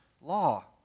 law